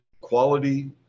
quality